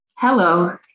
Hello